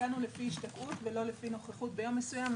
תיקנו לפי השתקעות ולא לפי נוכחות ביום מסוים.